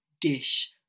dish